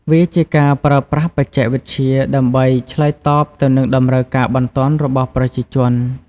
វាជាការប្រើប្រាស់បច្ចេកវិទ្យាដើម្បីឆ្លើយតបទៅនឹងតម្រូវការបន្ទាន់របស់ប្រជាជន។